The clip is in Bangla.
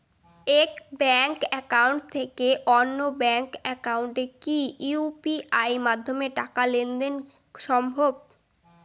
এক ব্যাংক একাউন্ট থেকে অন্য ব্যাংক একাউন্টে কি ইউ.পি.আই মাধ্যমে টাকার লেনদেন দেন সম্ভব?